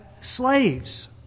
slaves